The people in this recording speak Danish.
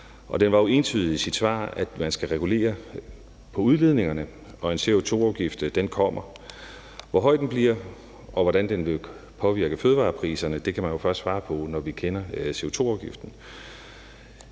den var jo entydig i sit svar, nemlig at man skal regulere udledningerne. En CO2-afgift kommer. Hvor høj den bliver, og hvordan den vil påvirke fødevarepriserne, kan man jo først svare på, når vi kender CO2-afgiften.